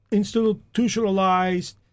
institutionalized